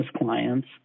clients